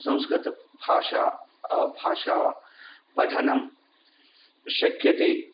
संस्कृतभाषायाः भाषायाः पठनं शक्यते